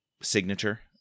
signature